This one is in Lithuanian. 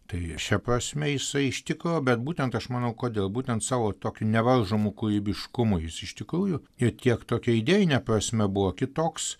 tai šia prasme jisai ištikro bet būtent aš manau kodėl būtent savo tokiu nevaržomu kūrybiškumu jis iš tikrųjų ir tiek tokia idėjine prasme buvo kitoks